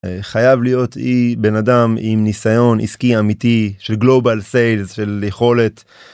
חייב להיות בן אדם עם ניסיון עסקי אמיתי של גלובל סיילס של יכולת.